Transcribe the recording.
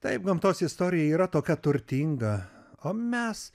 taip gamtos istorija yra tokia turtinga o mes